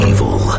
Evil